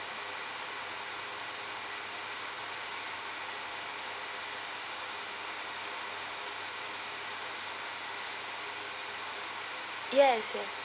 yes yes